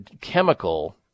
chemical